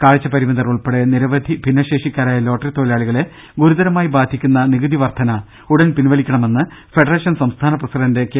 കാഴ്ചപരിമിതർ ഉൾപ്പെടെ നിരവധി ഭിന്നശേഷിക്കാരായ ലോട്ടറി തൊഴിലാളികളെ ഗുരുതരമായി ബാധിക്കുന്ന നികുതി വർധന ഉടൻ പിൻവലിക്കണമെന്ന് ഫെഡറേഷൻ സംസ്ഥാന പ്രസിഡന്റ് കെ